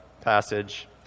passage